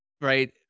right